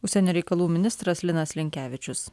užsienio reikalų ministras linas linkevičius